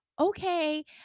okay